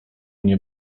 nie